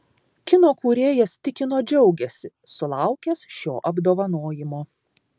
kino kūrėjas tikino džiaugiasi sulaukęs šio apdovanojimo